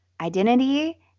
identity